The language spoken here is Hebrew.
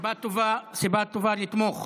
סיבה טובה לתמוך.